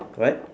what